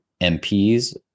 MPs